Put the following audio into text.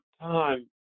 time